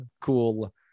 cool